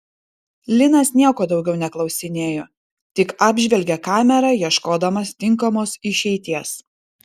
linas nieko daugiau neklausinėjo tik apžvelgė kamerą ieškodamas tinkamos išeities